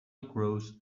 across